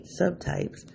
subtypes